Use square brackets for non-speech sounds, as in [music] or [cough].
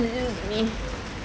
[noise]